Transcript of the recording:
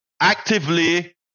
actively